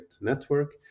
network